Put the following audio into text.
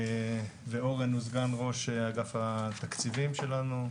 אורן הוא סגן ראש אגף התקציבים שלנו,